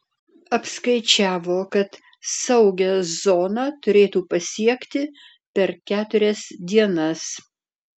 apskaičiavo kad saugią zoną turėtų pasiekti per keturias dienas